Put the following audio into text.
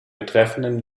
betreffenden